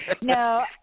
No